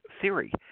theory